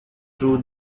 true